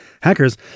Hackers